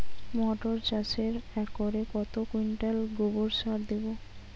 মটর চাষে একরে কত কুইন্টাল গোবরসার দেবো?